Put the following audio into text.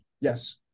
yes